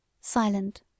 silent